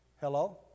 Hello